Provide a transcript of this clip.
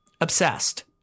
Obsessed